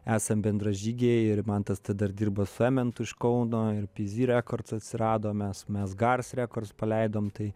esam bendražygiai ir mantas dar dirba su ementu iš kauno ir pi zi rekords atsirado mes mes gars rekords paleidom tai